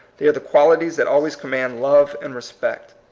they are the qualities that always command love and respect.